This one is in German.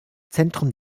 zentrum